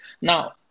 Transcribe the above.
Now